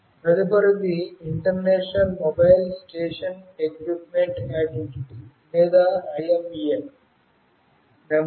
తదుపరిది international mobile station equipment identity లేదా IMEI number